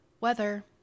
weather